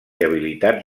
habilitats